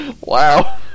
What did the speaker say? wow